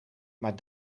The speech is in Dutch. maar